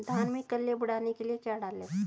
धान में कल्ले बढ़ाने के लिए क्या डालें?